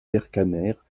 vercamer